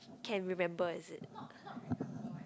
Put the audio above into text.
can remember is it